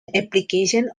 application